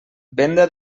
venda